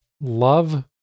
love